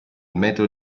metodo